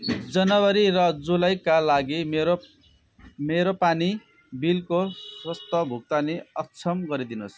जनवरी र जुलाईका लागि मेरो मेरो पानी बिलको स्वत भुक्तानी अक्षम गरिदिनुहोस्